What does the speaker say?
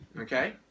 okay